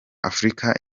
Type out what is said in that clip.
africa